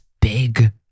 big